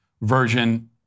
version